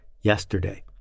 yesterday